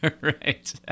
Right